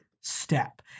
step